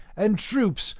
and troops,